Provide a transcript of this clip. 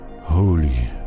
Holy